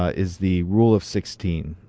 ah is the rule of sixteen.